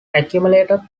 accumulated